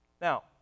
Now